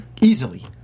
Easily